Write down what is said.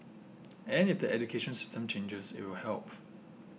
and it education system changes it will help